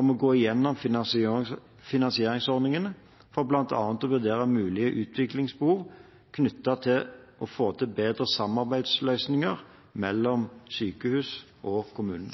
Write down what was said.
om å gå gjennom finansieringsordningene for bl.a. å vurdere mulige utviklingsbehov knyttet til å få til bedre samarbeidsløsninger mellom sykehusene og